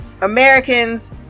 Americans